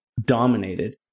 dominated